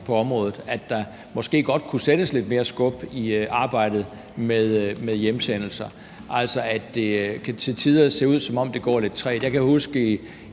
også kan se, at der måske godt kunne sættes lidt mere skub i arbejdet med hjemsendelser, altså at det til tider kan se ud, som om det går lidt trægt. Jeg kan huske,